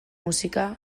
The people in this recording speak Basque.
musika